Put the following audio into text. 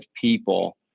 people